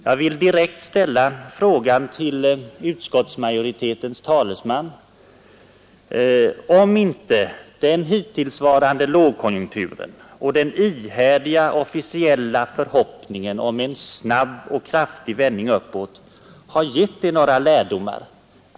Jag vill direkt ställa frågan till utskottsmajoritetens talesman, om inte den hittillsvarande lågkonjunkturen och den ihärdiga officiella förhoppningen om en snabb och kraftig vändning uppåt har gett er några lärdomar.